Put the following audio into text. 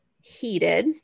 heated